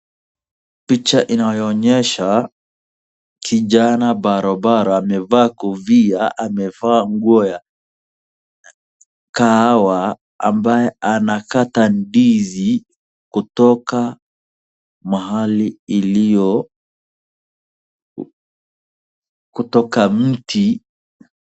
Picha inayoonyesha kijana barobaro amevaa kofia, amevaa nguo ya kahawa ambaye anakata ndizi kutoka mahali iliyo, kutoka mti.